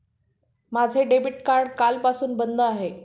माझे debit card कालपासून बंद आहे